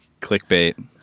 clickbait